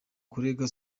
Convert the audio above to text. kurega